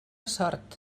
sort